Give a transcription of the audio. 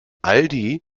aldi